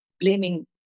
blaming